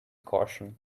caution